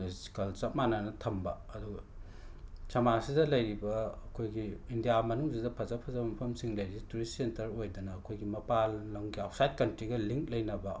ꯆꯞ ꯃꯥꯟꯅꯅ ꯊꯝꯕ ꯑꯗꯨ ꯁꯃꯥꯖꯁꯤꯗ ꯂꯩꯔꯤꯕ ꯑꯩꯈꯣꯏꯒꯤ ꯏꯟꯗꯤꯌꯥ ꯃꯅꯨꯡꯁꯤꯗ ꯐꯖ ꯐꯖꯕ ꯃꯐꯝꯁꯤꯡ ꯂꯩꯔꯤꯁꯦ ꯇꯨꯔꯤꯁ ꯁꯦꯟꯇꯔ ꯑꯣꯏꯗꯅ ꯑꯩꯈꯣꯏꯒꯤ ꯃꯄꯥꯟ ꯂꯝꯒꯤ ꯑꯧꯠꯁꯥꯏꯠ ꯀꯟꯇ꯭ꯔꯤꯒ ꯂꯤꯡꯛ ꯂꯩꯅꯕ